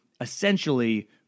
essentially